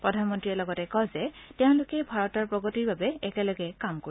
প্ৰধান মন্ত্ৰীয়ে লগতে কয় যে তেওঁলোকে ভাৰতৰ প্ৰগতিৰ বাবে একেলগে কাম কৰিব